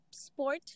sport